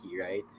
right